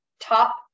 top